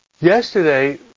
Yesterday